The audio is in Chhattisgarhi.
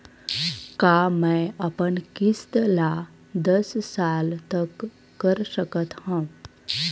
का मैं अपन किस्त ला दस साल तक कर सकत हव?